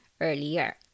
earlier